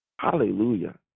Hallelujah